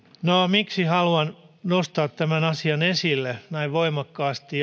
miksi haluan nostaa tämän asian esille näin voimakkaasti